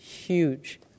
huge